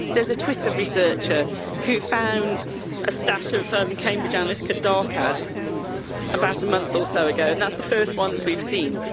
there's a twitter researcher who found a stash of cambridge analytica dark ads about some months or so ago. and that's the first ones we've seen.